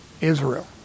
Israel